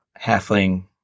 halfling